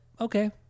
okay